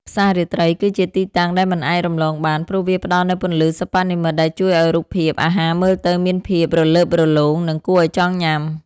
ផ្សាររាត្រីគឺជាទីតាំងដែលមិនអាចរំលងបាន ព្រោះវាផ្ដល់នូវពន្លឺសិប្បនិម្មិតដែលជួយឱ្យរូបភាពអាហារមើលទៅមានភាពរលើបរលោង និងគួរឱ្យចង់ញ៉ាំ។